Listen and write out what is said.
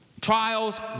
Trials